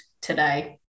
today